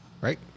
Right